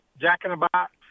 Jack-in-the-box